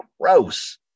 Gross